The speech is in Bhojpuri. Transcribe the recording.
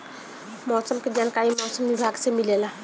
मौसम के जानकारी मौसम विभाग से मिलेला?